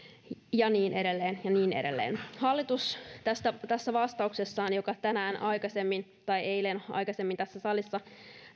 ja niin edelleen ja niin edelleen hallitus vastauksessaan joka aikaisemmin tänään tai eilen tässä salissa